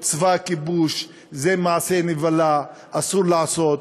לצבא הכיבוש זה מעשה נבלה, אסור לעשות.